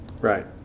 Right